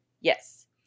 Yes